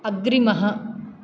अग्रिमः